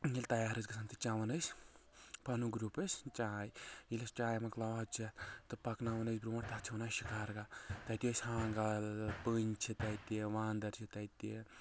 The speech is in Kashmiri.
ییٚلہِ تیار ٲس گژھان تہٕ چٮ۪وان ٲسۍ پنُن گروپ أسۍ چاے ییٚلہِ أسۍ چاے مۄکلاوہو چٮ۪تھ تہٕ پکناوان ٲسۍ برٛونٛٹھ تتھ چھِ ونان شکارگاہ تتہِ ٲسۍ ہانٛگل پٔنٛزۍ چھِ تتہِ وانٛدر چھِ تتہِ